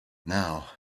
now